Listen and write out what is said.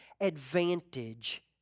advantage